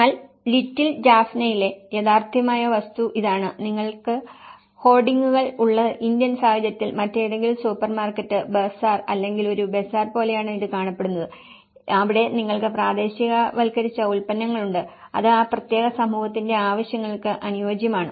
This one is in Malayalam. എന്നാൽ ലിറ്റിൽ ജാഫ്നയിലെ യാഥാർത്ഥ്യമായ വസ്തുത ഇതാണ് നിങ്ങൾക്ക് ഹോർഡിംഗുകൾ ഉള്ള ഇന്ത്യൻ സാഹചര്യത്തിൽ മറ്റേതെങ്കിലും സൂപ്പർമാർക്കറ്റ് ബസാർ അല്ലെങ്കിൽ ഒരു ബസാർ പോലെയാണ് ഇത് കാണപ്പെടുന്നത് അവിടെ നിങ്ങൾക്ക് പ്രാദേശികവൽക്കരിച്ച ഉൽപ്പന്നങ്ങൾ ഉണ്ട് അത് ആ പ്രത്യേക സമൂഹത്തിന്റെ ആവശ്യങ്ങൾക്ക് അനുയോജ്യമാണ്